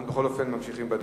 אנחנו ממשיכים בדיון.